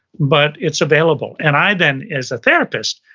but it's available. and i then, as a therapist,